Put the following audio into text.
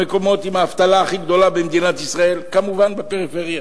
המקומות עם האבטלה הכי גדולה במדינת ישראל הם כמובן בפריפריה.